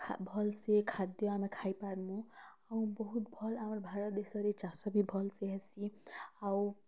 ଖା ଭଲ୍ ସେ ଖାଦ୍ୟ ଆମେ ଖାଇପାର୍ମୁ ଆଉ ବହୁତ୍ ଭଲ୍ ଆମର୍ ଭାରତ ଦେଶରେ ଚାଷ ବି ଭଲ୍ ସେ ହେସି ଆଉ